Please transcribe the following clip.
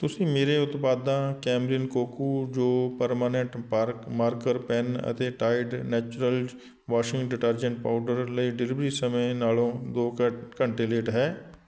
ਤੁਸੀਂ ਮੇਰੇ ਉਤਪਾਦਾਂ ਕੈਮਰਿਨ ਕੋਕੂ ਜੋ ਪਰਮਾਨੈਂਟ ਪਾਰਕ ਮਾਰਕਰ ਪੈੱਨ ਅਤੇ Tide Naturals washing detergent powder ਲਈ ਡਿਲੀਵਰੀ ਸਮੇਂ ਨਾਲੋਂ ਦੋ ਘਟ ਘੰਟੇ ਲੇਟ ਹੈ